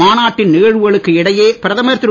மாநாட்டின் நிகழ்வுகளுக்கிடையே பிரதமர் திரு